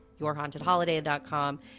yourhauntedholiday.com